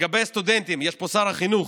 לגבי הסטודנטים, יש פה שר החינוך,